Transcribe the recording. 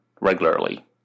regularly